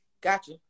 Gotcha